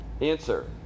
Answer